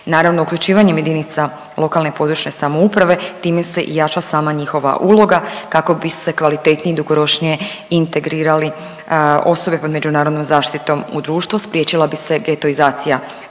uključivanjem JLPS time se i jača sama njihova uloga kako bi se kvalitetnije i dugoročnije integrirali osobe pod međunarodnom zaštitom u društvo, spriječila bi se getoizacija